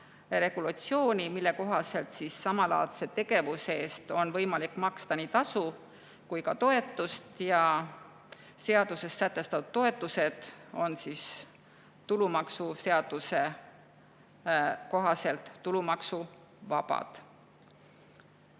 regulatsiooni, mille kohaselt samalaadse tegevuse eest on võimalik maksta nii tasu kui ka toetust. Seaduses sätestatud toetused on tulumaksuseaduse kohaselt tulumaksuvabad.